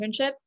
internship